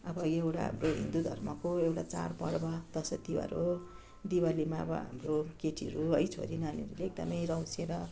अब यो एउटा अब हिन्दू धर्मको एउटा चाडपर्व दसैँ तिहार हो दिवालीमा अब हाम्रो केटीहरू है छोरी मान्छेहरू एकदमै रौसिएर